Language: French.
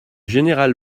général